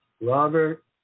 Robert